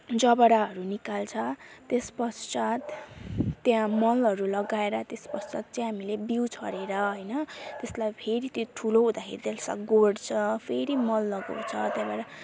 जबडाहरू निकाल्छ त्यस पश्चात् त्यहाँ मलहरू लगाएर त्यस पश्चात् चाहिँ हामीले बिउ छरेर होइन त्यसलाई फेरि त्यो ठुलो हुदाँखेरि त्यसलाई गोड्छ फेरि मल लगाउँछ त्यहाँबाट